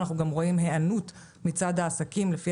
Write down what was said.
אנחנו גם רואים היענות מצד העסקים לפי